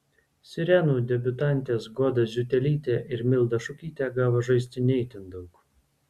sirenų debiutantės goda ziutelytė ir milda šukytė gavo žaisti ne itin daug